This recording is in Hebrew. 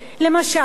למשל,